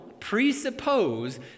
presuppose